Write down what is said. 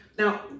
Now